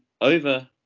over